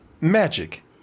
magic